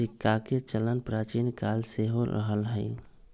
सिक्काके चलन प्राचीन काले से हो रहल हइ